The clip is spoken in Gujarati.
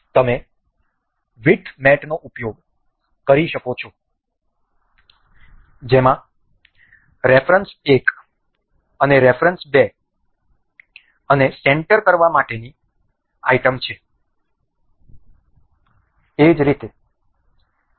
તમે વિડથ મેટનો ઉપયોગ કરી શકો છો જેમા રેફરન્સ 1 અને રેફરન્સ 2 અને સેન્ટર કરવા માટેની આઇટમ છે એ જ રીતે અહીં